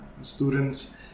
students